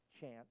chance